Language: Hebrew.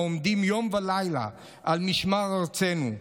העומדים יום ולילה על משמר ארצנו.